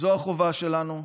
זאת החובה שלנו.